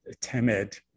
timid